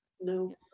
no